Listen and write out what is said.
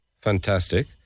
Fantastic